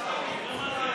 פריג'